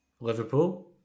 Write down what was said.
Liverpool